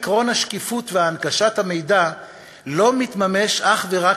עקרון השקיפות והנגשת המידע לא מתממש אך ורק